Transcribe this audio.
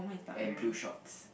and blue shorts